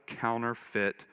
counterfeit